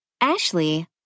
Ashley